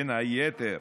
בין היתר,